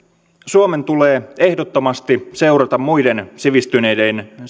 suomen tulee ehdottomasti seurata muiden sivistyneiden